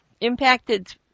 impacted